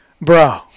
bro